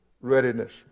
readiness